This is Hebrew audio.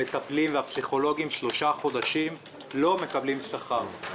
המטפלים והפסיכולוגים שלושה חודשים לא מקבלים שכר.